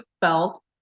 felt